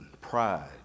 Pride